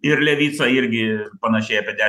ir levica irgi panašiai apie dešim